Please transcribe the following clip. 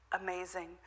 Amazing